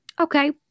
okay